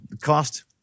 cost